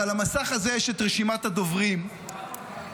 ועל המסך הזה יש את רשימת הדוברים בחוק